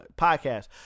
podcast